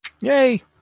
Yay